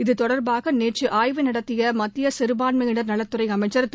இதுதொடர்பாக நேற்று ஆய்வு நடத்திய மத்திய சிறுபான்மையினர் நலத்துறை அமைச்சர் திரு